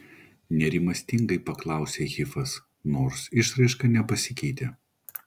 nerimastingai paklausė hifas nors išraiška nepasikeitė